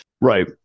Right